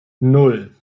nan